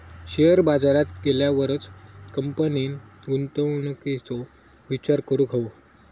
share बाजारात गेल्यावरच कंपनीन गुंतवणुकीचो विचार करूक हवो